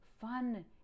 fun